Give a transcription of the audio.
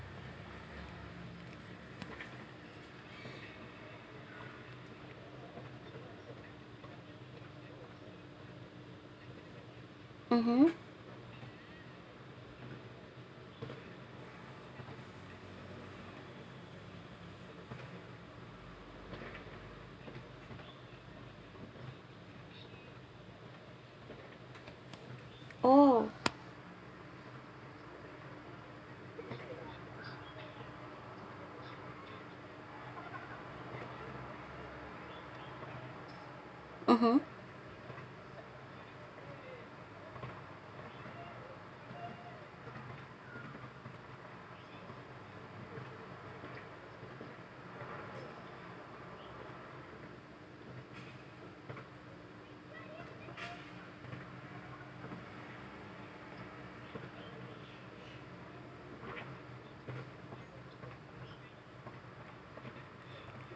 (uh huh) oh (uh huh)